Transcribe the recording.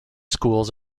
schools